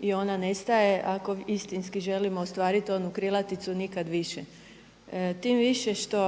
i ona ne staje ako istinski želimo ostvariti onu krilaticu „Nikad više“. Tim više što